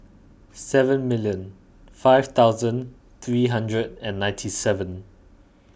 seven million five thousand three hundred and ninety seven